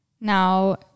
now